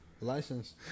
license